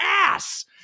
ass